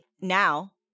now